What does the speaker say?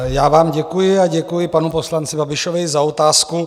Já vám děkuji a děkuji panu poslanci Babišovi i za otázku.